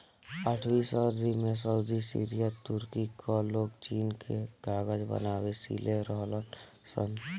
आठवीं सदी में सऊदी, सीरिया, तुर्की कअ लोग चीन से कागज बनावे सिले रहलन सन